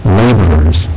laborers